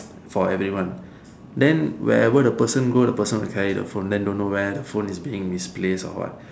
for everyone then wherever the person go the person will carry the phone then don't know where the phone is being misplace or what